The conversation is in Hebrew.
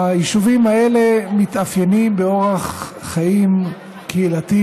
היישובים האלה מתאפיינים באורח חיים קהילתי